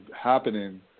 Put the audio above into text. happening